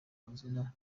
mazina